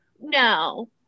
No